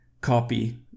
copy